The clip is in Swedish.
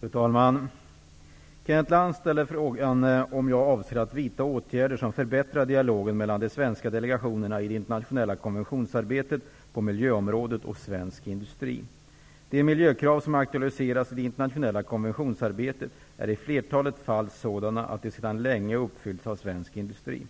Fru talman! Kenneth Lantz ställer frågan om jag avser att vidta åtgärder som förbättrar dialogen mellan de svenska delegationerna i det internationella konventionsarbetet på miljöområdet och svensk industri. De miljökrav som aktualiseras i det internationella konventionsarbetet är i flertalet fall sådana att de sedan länge uppfylls av svensk industri.